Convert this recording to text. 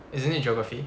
isn't it geography